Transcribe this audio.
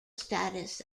status